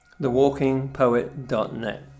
thewalkingpoet.net